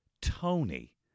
Tony